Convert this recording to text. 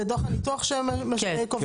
דוח הניתוח זה מה שקובע?